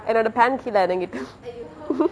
என்னோட:ennode pant கீழ இரங்கிட்டு:kezha erangittu